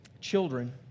children